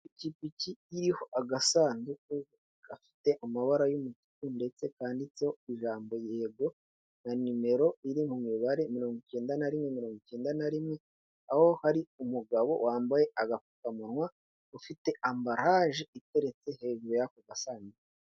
Ipikipiki iriho agasanduku, gafite amabara y'umutuku ndetse kandiditseho ijambo yego, na nimero iriho imibare mirongo icyenda na rimwe mirongo icyenda na rimwe aho hari umugabo wambaye agapfukamunwa ufite ambalage iteretse hejuru y'ako gasanduku.